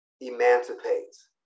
emancipates